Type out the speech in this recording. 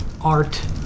art